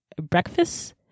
breakfast